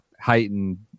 heightened